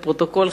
לפרוטוקול.